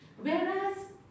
whereas